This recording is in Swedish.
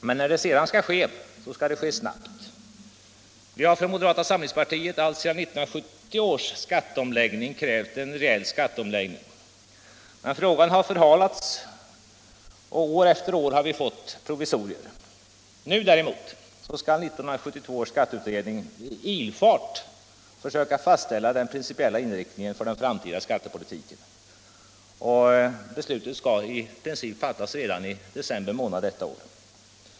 Men när det sedan skall ske, skall det ske snabbt. Moderata samlingspartiet har alltsedan 1970 års skatteomläggning krävt en reell skatteomläggning, men frågan har förhalats, och år efter år har vi fått provisorier. Nu däremot skall 1972 års skatteutredning i ilfart försöka fastställa den principiella inriktningen för den framtida skattepolitiken. Beslutet skall i princip fattas redan i december månad detta år.